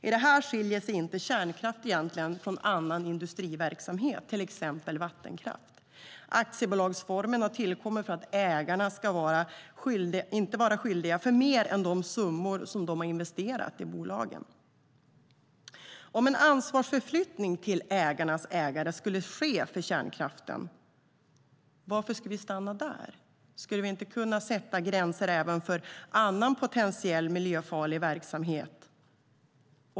I det här fallet skiljer sig egentligen inte kärnkraft från annan industriverksamhet, till exempel vattenkraft. Aktiebolagsformen har tillkommit för att ägarna inte ska vara skyldiga för mer än de summor som de har investerat i bolagen. Om en ansvarsförflyttning till ägarnas ägare skulle ske för kärnkraften undrar jag: Varför ska vi stanna där? Skulle vi inte kunna sätta gränser även för annan potentiell miljöfarlig verksamhet?